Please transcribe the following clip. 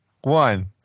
one